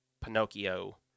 Pinocchio